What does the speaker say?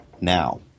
now